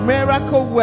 Miracle